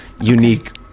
unique